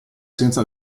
senza